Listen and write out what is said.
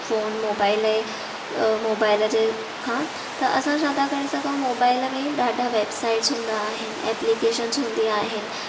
phone mobile ऐं mobile जे खां त असां छा था करे सघूं मोबाइल में ॾाढा वैबसाइट्स हूंदी आहिनि एप्लिकेशंस हून्दी आहिनि